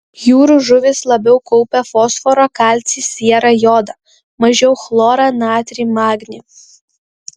jūrų žuvys labiau kaupia fosforą kalcį sierą jodą mažiau chlorą natrį magnį